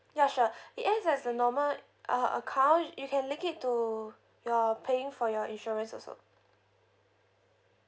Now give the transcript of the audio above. ya sure it has has a normal uh account you can link it to your paying for your insurance also